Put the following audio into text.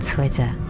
Twitter